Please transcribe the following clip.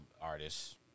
artists